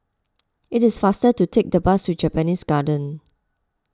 it is faster to take the bus to Japanese Garden